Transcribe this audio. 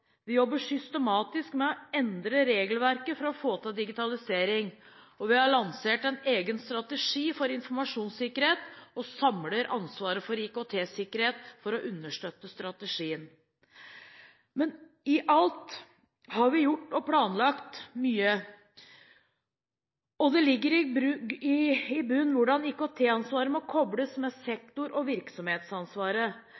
Vi jobber systematisk med å endre regelverket for å få til digitalisering. Vi har lansert en egen strategi for informasjonssikkerhet og samler ansvaret for IKT-sikkerhet for å understøtte strategien. Men i alt vi har gjort og planlagt ligger det i bunnen hvordan IKT-ansvaret må koples med sektor- og virksomhetsansvaret. Derfor vil vi ikke samle det